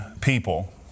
people